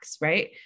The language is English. right